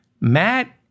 Matt